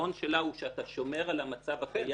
העיקרון שלה הוא שאתה שומר על המצב הקיים